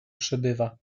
przebywa